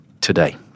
today